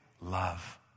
love